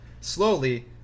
Slowly